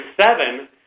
seven